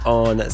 on